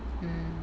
mm